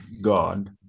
God